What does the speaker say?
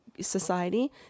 society